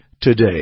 today